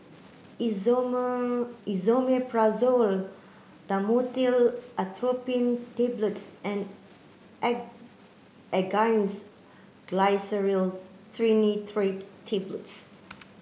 Esomeprazole Dhamotil Atropine Tablets and Angised Glyceryl Trinitrate Tablets